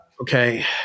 okay